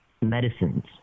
medicines